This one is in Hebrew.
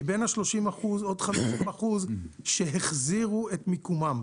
כאשר מבין ה-30% עוד 50% החזירו את מיקומם.